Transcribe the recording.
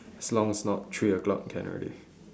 as long it's not three o-clock can already